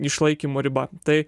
išlaikymo riba tai